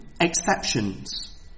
exceptions